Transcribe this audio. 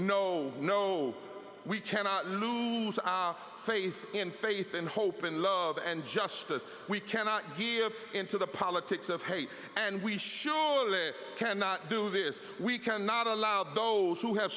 no no we cannot lose faith in faith and hope and love and justice we cannot hear into the politics of hate and we surely cannot do this we cannot allow those who have